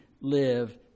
live